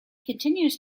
continues